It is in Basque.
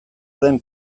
den